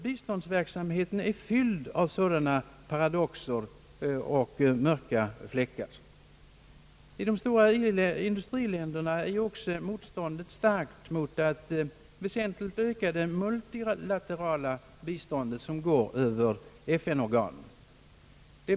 Biståndsverksamheten är fylld av sådana paradoxer och mörka fläckar. I de stora industriländerna är motståndet starkt mot att väsentligt öka det multilaterala biståndet som går över FN-organen.